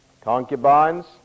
concubines